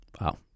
Wow